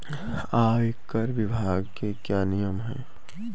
आयकर विभाग के क्या नियम हैं?